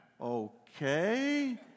Okay